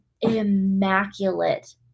immaculate